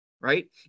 right